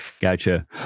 Gotcha